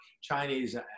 Chinese